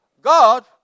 God